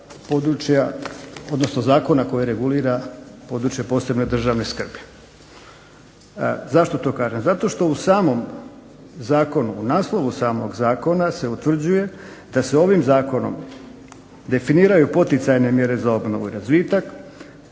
odnosno zakona koje regulira područje posebne državne skrbi. Zašto to kažem? Zato što u naslovu samog Zakona se utvrđuje da se ovim zakonom definiraju poticajne mjere za obnovu i razvitak,